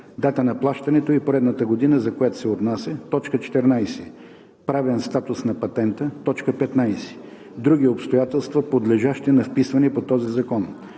дата на плащането и поредната година, за която се отнася; 14. правен статус на патента; 15. други обстоятелства, подлежащи на вписване по този закон.